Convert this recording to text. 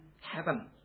heaven